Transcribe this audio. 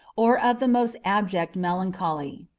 or of the most abject melancholy.